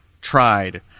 tried